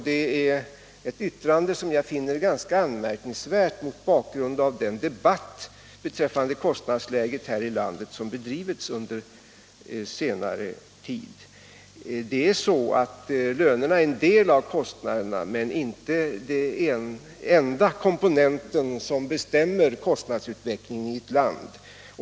Det är ett yttrande som jag finner ganska ten vid Algots anmärkningsvärt mot bakgrund av den debatt beträffande kostnadsläget Nord här i landet som bedrivits under senare tid. Lönerna är en del av kostnaderna men inte den enda komponent som bestämmer kostnadsutvecklingen i ett land.